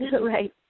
Right